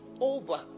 over